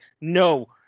no